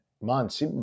months